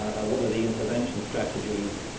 and what are the intervention strategies?